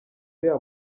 uriya